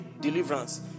deliverance